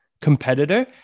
competitor